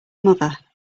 mother